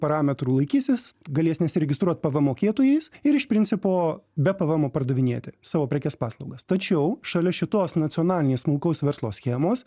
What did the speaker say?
parametrų laikysis galės nesiregistruot pvm mokėtojais ir iš principo be pvmo pardavinėti savo prekes paslaugas tačiau šalia šitos nacionalinės smulkaus verslo schemos